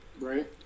Right